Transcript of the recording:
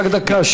רק דקה.